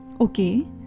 okay